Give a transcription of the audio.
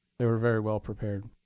they were very well prepared.